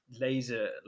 laser